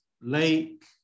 lake